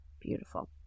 beautiful